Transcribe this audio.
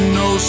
no